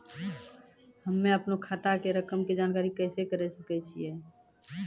हम्मे अपनो खाता के रकम के जानकारी कैसे करे सकय छियै?